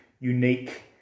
unique